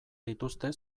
dituzte